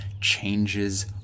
changes